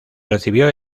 recibió